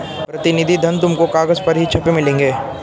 प्रतिनिधि धन तुमको कागज पर ही छपे मिलेंगे